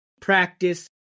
practice